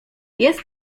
jest